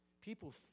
People